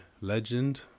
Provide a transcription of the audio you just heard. Legend